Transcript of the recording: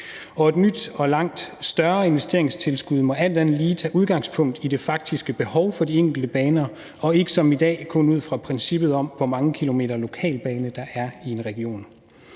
et nyt og langt større investeringstilskud må alt andet lige tage udgangspunkt i det faktiske behov for de enkelte baner og ikke som i dag kun ud fra princippet om, hvor mange kilometer lokalbane der er i en region.